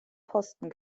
posten